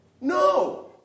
No